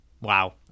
wow